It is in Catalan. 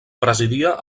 presidia